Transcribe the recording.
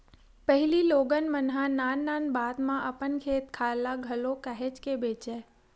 पहिली लोगन मन ह नान नान बात म अपन खेत खार ल घलो काहेच के बेंचय